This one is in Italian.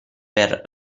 per